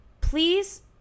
please